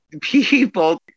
people